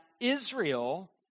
Israel